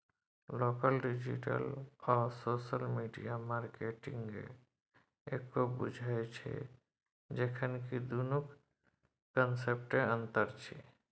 लोक डिजिटल आ social media मार्केटिंगकेँ एक्के बुझय छै जखन कि दुनुक कंसेप्टमे अंतर छै